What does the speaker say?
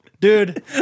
Dude